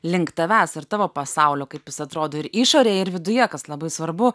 link tavęs ir tavo pasaulio kaip jis atrodo ir išorėj ir viduje kas labai svarbu